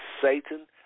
Satan